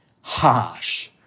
harsh